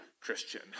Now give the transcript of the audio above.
Christian